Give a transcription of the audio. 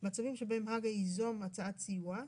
מצבים שבהם הג"א יזום הצעת סיוע,